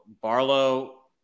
Barlow